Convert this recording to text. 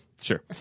sure